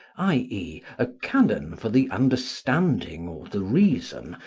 i e, a canon for the understanding or the reason,